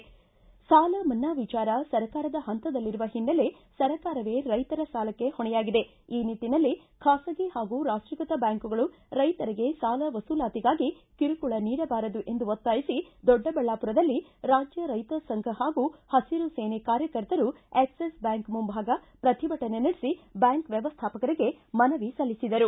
ಸಾಲ ಮನ್ನಾ ವಿಚಾರ ಸರ್ಕಾರದ ಹಂತದಲ್ಲಿರುವ ಹಿನ್ನೆಲೆ ಸರ್ಕಾರವೇ ರೈತರ ಸಾಲಕ್ಕೆ ಹೊಣೆಯಾಗಿದೆ ಈ ನಿಟ್ಟನಲ್ಲಿ ಬಾಸಗಿ ಹಾಗೂ ರಾಷ್ಟೀಕೃತ ಬ್ಬಾಂಕ್ಗಳು ರೈತರಿಗೆ ಸಾಲ ವಸೂಲಾತಿಗಾಗಿ ಕಿರುಕುಳ ನೀಡಬಾರದು ಎಂದು ಒತ್ತಾಯಿಸಿ ದೊಡ್ಡಬಳ್ಳಾಪುರದಲ್ಲಿ ರಾಜ್ಯ ರೈತ ಸಂಘ ಹಾಗೂ ಹುರು ಸೇನೆ ಕಾಯಕರ್ತರು ಆಕ್ಲಿಸ್ ಬ್ಯಾಂಕ್ ಮುಂಭಾಗ ಪ್ರತಿಭಟನೆ ನಡೆಸಿ ಬ್ಯಾಂಕ್ ವ್ಯವಸ್ಥಾಪಕರಿಗೆ ಮನವಿ ಸಲ್ಲಿಸಿದರು